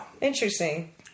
Interesting